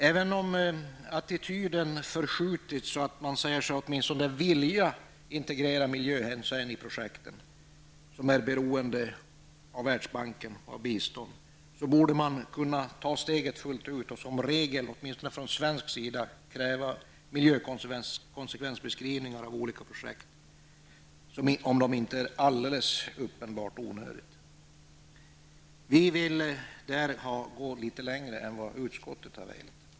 Även om det har blivit en förskjutning vad gäller attityden, så att man åtminstone säger sig vilja integrera miljöhänsyn i projekt som är beroende av Världsbanken och av bistånd, borde man kunna ta steget fullt ut och som regel, åtmistone från svensk sida, kräva miljökonsekvensbeskrivningar beträffande olika projekt om sådana inte är alldeles uppenbart onödiga! Vi vill där gå litet längre än vad utskottet har velat göra.